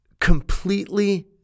completely